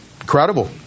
Incredible